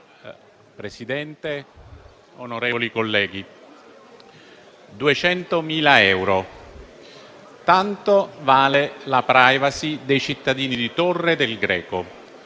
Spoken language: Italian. Presidente, onorevoli colleghi, 200.000 euro, tanto vale la *privacy* dei cittadini di Torre del Greco.